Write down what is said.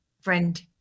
friend